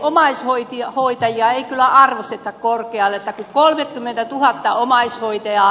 omaishoitajia ei kyllä arvosteta korkealle